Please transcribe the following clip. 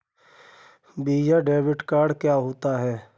Visa debit card क्या होता है?